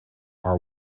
are